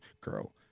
girl